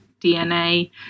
dna